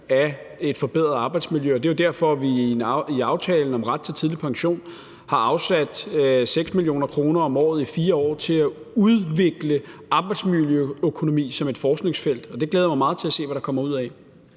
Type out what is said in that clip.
af et forbedret arbejdsmiljø, og det er jo derfor, vi i aftalen om ret til tidlig pension har afsat 6 mio. kr. om året i 4 år til at udvikle arbejdsmiljøøkonomi som et forskningsfelt. Det glæder jeg mig meget til at se hvad der kommer ud af.